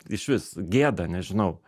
išvis gėda nežinau